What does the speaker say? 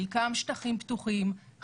חלקם שטחים פתוחים,